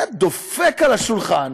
היה דופק על השולחן